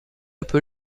être